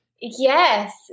Yes